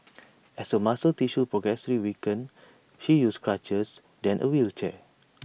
as her muscle tissue progressively weakened she used crutches then A wheelchair